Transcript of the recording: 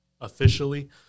officially